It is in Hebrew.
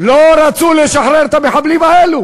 חברות וחברי הכנסת בהווה